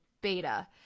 beta